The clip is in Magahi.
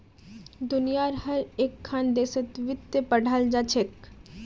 दुनियार हर एकखन देशत वित्त पढ़ाल जा छेक